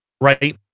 right